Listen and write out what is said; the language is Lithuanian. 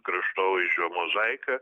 kraštovaizdžio mozaika